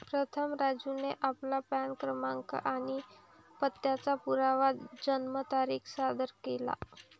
प्रथम राजूने आपला पॅन क्रमांक आणि पत्त्याचा पुरावा जन्मतारीख सादर केला